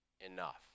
enough